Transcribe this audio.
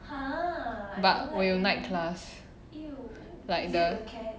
!huh! but 我有 night class like the